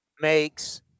makes